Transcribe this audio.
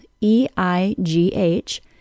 E-I-G-H